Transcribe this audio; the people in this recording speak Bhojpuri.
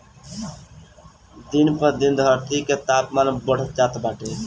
दिन ब दिन धरती के तापमान बढ़त जात बाटे